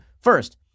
First